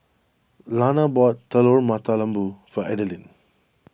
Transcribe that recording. Lana bought Telur Mata Lembu for Adalyn